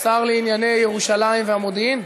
השר לענייני ירושלים והמודיעין?